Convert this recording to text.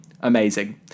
Amazing